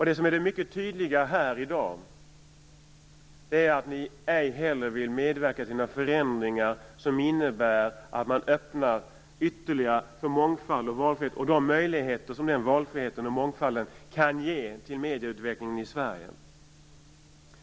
Det som är det mycket tydliga här i dag är att ni ej heller vill medverka till några förändringar som innebär att man öppnar ytterligare för mångfald och valfrihet och de möjligheter som den valfriheten och mångfalden kan ge till medieutvecklingen i Sverige.